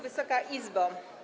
Wysoka Izbo!